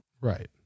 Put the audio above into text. right